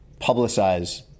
publicize